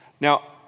Now